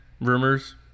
rumors